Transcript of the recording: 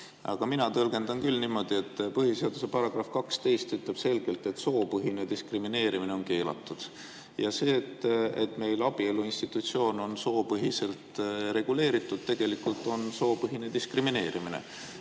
Aga mina tõlgendan küll niimoodi, et põhiseaduse § 12 ütleb selgelt, et soopõhine diskrimineerimine on keelatud. Ja see, et meil abielu institutsioon on soopõhiselt reguleeritud, tegelikult on soopõhine diskrimineerimine.